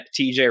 tj